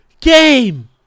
Game